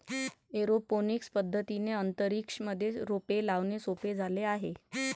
aeroponics पद्धतीने अंतरिक्ष मध्ये रोपे लावणे सोपे झाले आहे